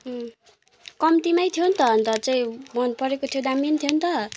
कम्तीमै थियो नि त अन्त चाहिँ मन परेको थियो दामी पनि थियो नि त